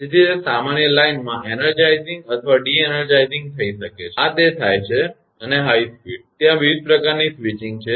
તેથી તે સામાન્ય લાઇનમાં એનર્જાઇઝિંગ અથવા ડી એનર્જાઇઝિંગ થઈ શકે છે આ તે થાય છે અને હાઇ સ્પીડ ત્યાં વિવિધ પ્રકારની સ્વિચિંગ છે